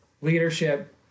leadership